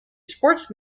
sports